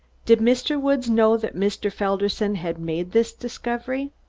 did mr. woods know that mr. felderson had made this discovery?